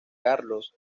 carlos